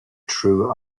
true